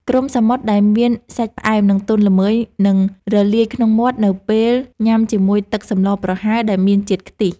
គ្រំសមុទ្រដែលមានសាច់ផ្អែមនិងទន់ល្មើយនឹងរលាយក្នុងមាត់នៅពេលញ៉ាំជាមួយទឹកសម្លប្រហើរដែលមានជាតិខ្ទិះ។